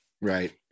right